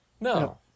No